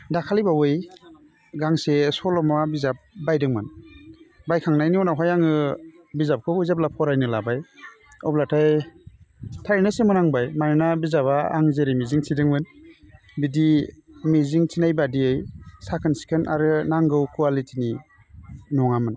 दाखालिबावै गांसे सल'मा बिजाब बायदोंमोन बायखांनायनि उनावहाय आङो बिजाबखौ जेब्ला फरायनो लाबाय अब्लाथाय थारैनो सोमोनांबाय मानोना बिजाबा आं जेरै मिजिंथिदोंमोन बिदि मिजिंथिनाय बादियै साखोन सिखोन आरो नांगौ कवालिटिनि नङामोन